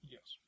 Yes